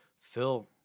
Phil